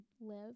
live